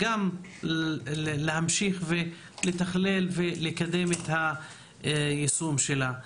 אלא גם להמשיך לתכלל ולקדם את היישום שלה.